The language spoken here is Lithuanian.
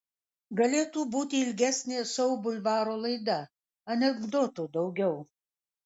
galėtų būti ilgesnė šou bulvaro laida anekdotų daugiau